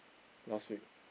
last week